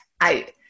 out